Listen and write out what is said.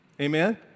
Amen